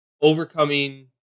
overcoming